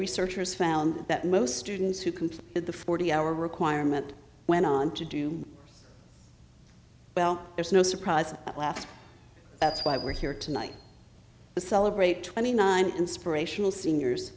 researchers found that most students who completed the forty hour requirement went on to do well there's no surprise laughs that's why we're here tonight to celebrate twenty nine inspirational seniors